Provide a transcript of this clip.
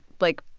like,